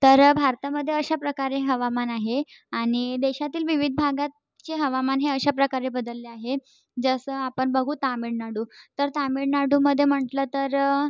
तर भारतामध्ये अशाप्रकारे हवामान आहे आणि देशातील विविध भागाचे हवामान हे अशा प्रकारे बदलले आहे जसं आपण बघू तामिळनाडू तर तामिळनाडूमध्ये म्हटलं तर